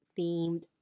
themed